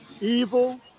evil